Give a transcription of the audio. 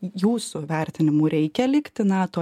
jūsų vertinimu reikia likti nato